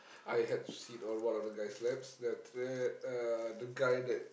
I had to sit on one of the guy's laps then after that uh the guy that